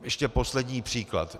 Ještě poslední příklad.